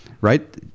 right